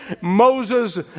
Moses